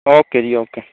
okay ji okay